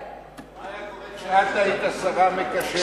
מה היה קורה כשאת היית השרה המקשרת?